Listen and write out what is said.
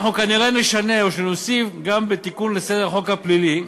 אנחנו כנראה נשנה או נוסיף גם בחוק סדר הדין הפלילי,